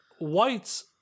whites